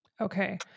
Okay